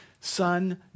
son